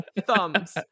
thumbs